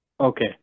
Okay